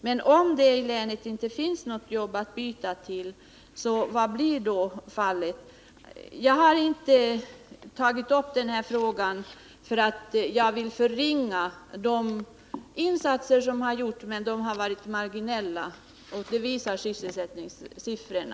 Men om det i länet inte finns något jobb att byta till — vad blir då resultatet? Jag har inte tagit upp den här frågan för att förringa de insatser som har gjorts, men de har varit marginella — det visar sysselsättningssiffrorna.